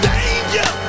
Danger